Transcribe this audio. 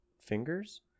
fingers